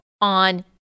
on